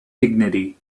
dignity